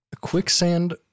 quicksand